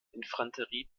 infanterie